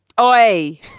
Oi